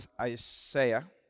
Isaiah